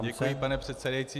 Děkuji, pane předsedající.